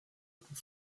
pour